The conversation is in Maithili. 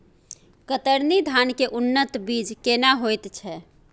कतरनी धान के उन्नत बीज केना होयत छै?